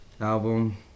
album